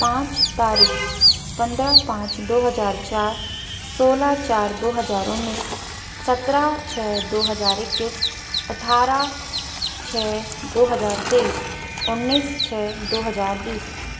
पाँच तारीख पंद्रह पाँच दो हज़ार चार सोलह चार दो हज़ार उन्नीस सत्रह छः दो हज़ार इक्कीस अट्ठारह छः दो हजार तेईस उन्नीस छः दो हज़ार बीस